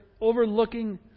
overlooking